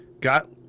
got